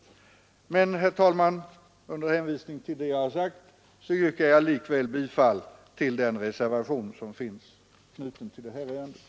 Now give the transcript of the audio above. Herr talman! Med hänvisning till vad jag har anfört yrkar jag likväl bifall till den reservation som är knuten till utskottets betänkande.